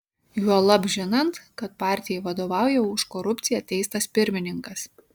juolab žinant kad partijai vadovauja už korupciją teistas pirmininkas